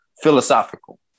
Philosophical